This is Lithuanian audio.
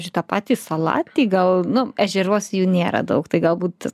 šitą patį salatį gal nu ežeruose jų nėra daug tai galbūt